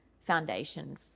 foundation